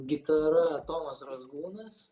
gitara tomas razgūnas